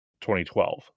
2012